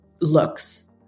looks